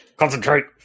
Concentrate